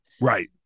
Right